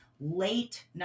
late